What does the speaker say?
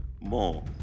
more